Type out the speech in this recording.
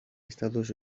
estados